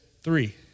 three